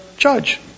judge